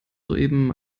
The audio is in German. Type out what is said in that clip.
soeben